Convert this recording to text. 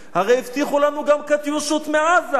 הרי הבטיחו לנו גם "קטיושות" מעזה.